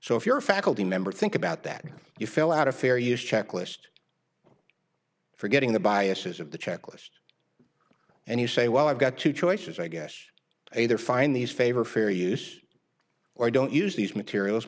so if you're a faculty member think about that you fill out a fair use checklist forgetting the biases of the checklist and you say well i've got two choices i guess either find these favor fair use or don't use these materials